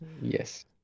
Yes